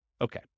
Okay